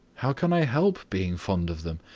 how can i help being fond of them?